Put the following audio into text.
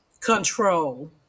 Control